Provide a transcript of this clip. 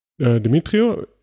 Dimitrio